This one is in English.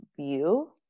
view